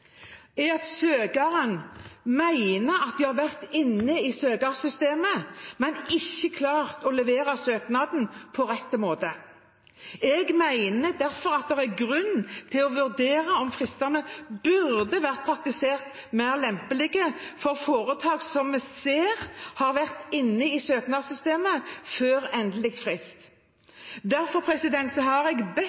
at søkerne mener at de har vært inne i søknadssystemet, men ikke klart å levere søknaden på rett måte. Jeg mener derfor at det er grunn til å vurdere om fristene burde ha vært praktisert mer lempelig for foretak som vi ser har vært inne i søknadssystemet før endelig frist. Derfor